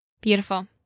Beautiful